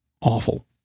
awful